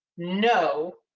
no,